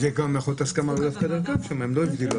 זה גם יכול להיות הסכמה --- הם לא הגדילו,